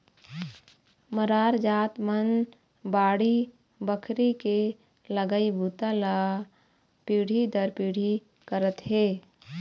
मरार जात मन बाड़ी बखरी के लगई बूता ल पीढ़ी दर पीढ़ी करत हे